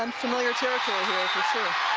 um familiar territory